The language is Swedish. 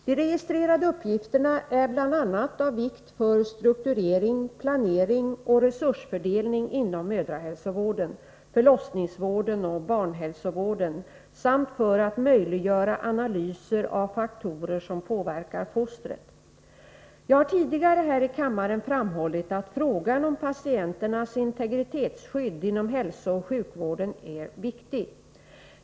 De registrerade uppgifterna är bl.a. av vikt för strukturering, planering och resursfördelning inom mödrahälsovården, förlossningsvården och barnhälsovården samt för att möjliggöra analyser av faktorer som påverkar fostret. Jag har tidigare här i kammaren framhållit att frågan om patienternas integritetsskydd inom hälsooch sjukvården är viktig.